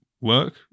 work